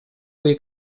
кое